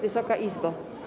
Wysoka Izbo!